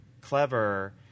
clever